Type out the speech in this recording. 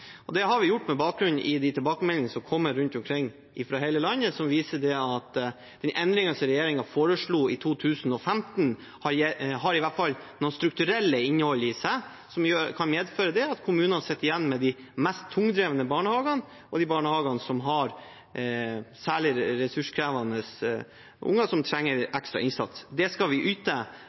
Det har vi gjort med bakgrunn i de tilbakemeldingene som har kommet fra hele landet, som viser at endringene som regjeringen foreslo i 2015, iallfall har noe strukturelt innhold i seg som kan medføre at kommunene sitter igjen med de mest tungdrevne barnehagene, de barnehagene som har særlig ressurskrevende unger, og som trenger en ekstra innsats. Det skal vi yte,